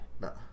No